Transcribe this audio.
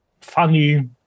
funny